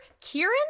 Kieran